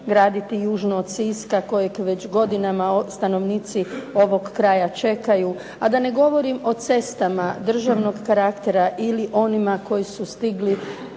graditi južno od Siska kojeg već godinama stanovnici ovog kraja čekaju, a da ne govorim o cestama državnog karaktera ili onima koji su stigli